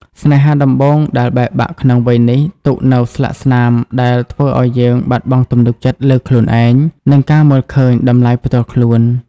ស្នេហាដំបូងដែលបែកបាក់ក្នុងវ័យនេះ ទុកនូវស្លាកស្នាមដែលធ្វើឱ្យយើងបាត់បង់ទំនុកចិត្តលើខ្លួនឯង និងការមើលឃើញតម្លៃផ្ទាល់ខ្លួន។